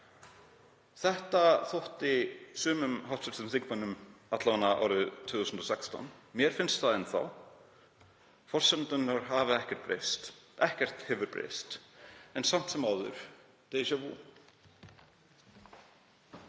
Þetta þótti sumum hv. þingmönnum alla vega árið 2016. Mér finnst það enn þá. Forsendurnar hafa ekkert breyst. Ekkert hefur breyst en samt sem áður: Déjà vu.